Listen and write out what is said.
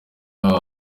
aba